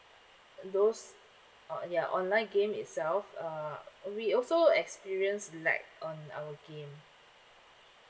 those uh ya online game itself uh we also experienced lag on our game